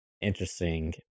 interesting